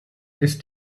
ist